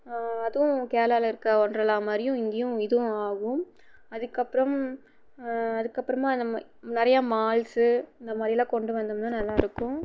அதுவும் கேரளாவில் இருக்க ஒண்டர்லா மாதிரியும் இங்கேயும் இதுவும் ஆகும் அதுக்கப்புறம் அதுக்கப்புறமா நம்ம நிறையா மால்ஸ் இந்த மாதிரி எல்லாம் கொண்டு வந்தோம்னால் நல்லாயிருக்கும்